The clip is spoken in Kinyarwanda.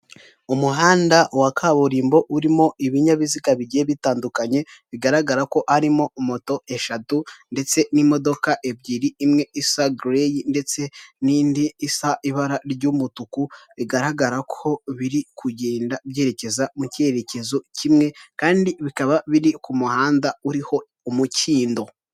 Umuhanda wa kaburimbo urimo ibinyabiziga bigiye bitandukanye bigaragara ko harimo moto eshatu ndetse n'imodoka ebyiri, imwe isa girarayi ndetse n'indi isa ibara ry'umutuku bigaragara ko biri kugenda byerekeza mu cyerekezo kimwe kandi bikaba biri ku muhanda uriho umukindo.